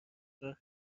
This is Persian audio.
ظهر